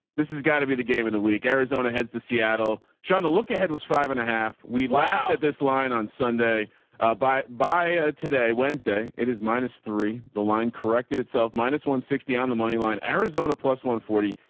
this has gotta be the game of the week. arizona has the seattle shaun. the look ahead was five and a half. we laughed at this line on sunday by, by ah today, wednesday, it is minus three. the line corrected itself minus one sixty on the moneyline arizona plus one forty,